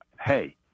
hey